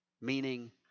Meaning